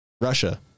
Russia